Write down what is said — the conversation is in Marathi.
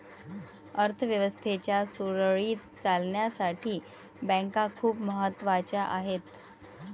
अर्थ व्यवस्थेच्या सुरळीत चालण्यासाठी बँका खूप महत्वाच्या आहेत